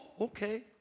okay